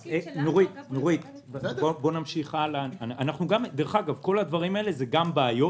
והתפקיד שלנו --- כל הדברים האלה הם גם בעיות,